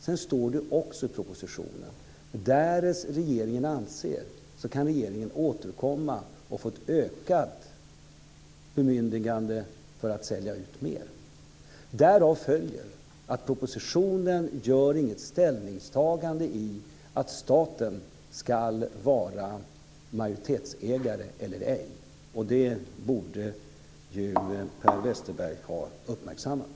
Det står också i propositionen att regeringen kan återkomma för att få ett bemyndigande att sälja ut mer. Därav följer att det i propositionen inte görs något ställningstagande i fråga om att staten ska vara majoritetsägare eller ej. Det borde Per Westerberg ha uppmärksammat.